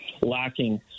lacking